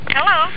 Hello